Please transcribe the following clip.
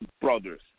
brothers